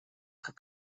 как